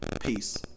Peace